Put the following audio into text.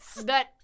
That-